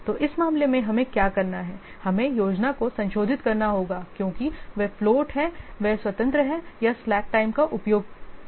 तो इस मामले में हमें क्या करना है हमें योजना को संशोधित करना होगा क्योंकि वे फ्लोट हैं वे स्वतंत्र हैं या slack समय का उपभोग किया जा सकता है